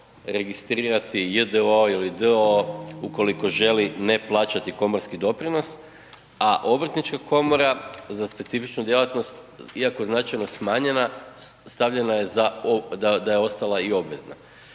registrirati J.D.O. ili D.O.O. ukoliko želi ne plaćati komorski doprinos, a Obrtnička komora za specifičnu djelatnost iako značajno smanjena stavljena je da je ostala i obvezna.